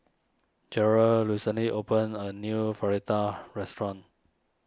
Jerrell recently opened a new restaurant